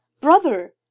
Brother